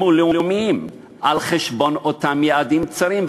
ולאומיים על חשבון אותם יעדים צרים,